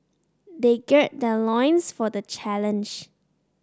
they gird their loins for the challenge